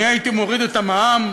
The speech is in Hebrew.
אני הייתי מוריד את המע"מ,